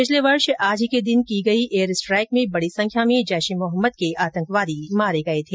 पिछले वर्ष आज ही के दिन की गई एयर स्ट्राइक में बड़ी संख्या में जैश ए मोहम्मद के आंतकवादी मारे गये थे